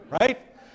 right